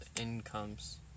incomes